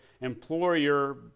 employer